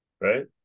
Right